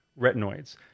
retinoids